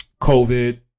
COVID